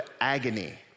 agony